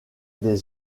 des